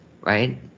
right